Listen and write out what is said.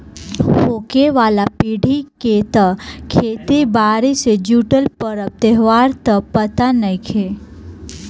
होखे वाला पीढ़ी के त खेती बारी से जुटल परब त्योहार त पते नएखे